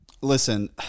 Listen